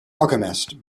alchemist